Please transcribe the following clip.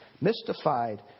mystified